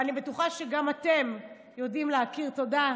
ואני בטוחה שגם אתם יודעים להכיר תודה,